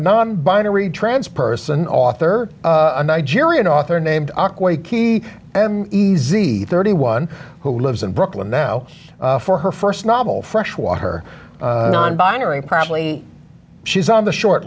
non binary trans person author nigerian author named key easy thirty one who lives in brooklyn now for her first novel freshwater non binary probably she's on the short